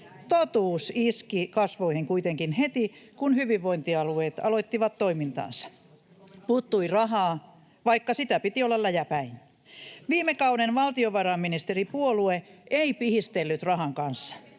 Totuus iski kasvoihin kuitenkin heti, kun hyvinvointialueet aloittivat toimintansa. Puuttui rahaa, vaikka sitä piti olla läjäpäin. Viime kauden valtiovarainministeripuolue ei pihistellyt rahan kanssa,